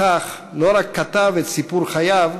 בכך לא רק כתב את סיפור חייו,